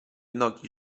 nogi